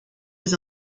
was